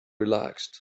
relaxed